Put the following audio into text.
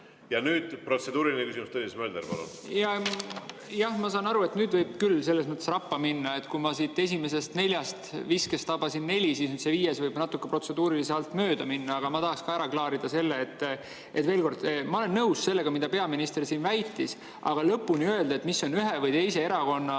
Protseduuriline küsimus, Tõnis Mölder, palun! Jah, ma saan aru, et nüüd võib rappa minna selles mõttes, et kui ma esimesest neljast viskest tabasin neli, siis see viies võib natuke protseduurilise alt mööda minna. Aga ma tahaksin ära klaarida selle. Veel kord, ma olen nõus sellega, mida peaminister siin väitis, aga lõpuni öelda, mis on ühe või teise erakonna